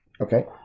Okay